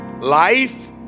life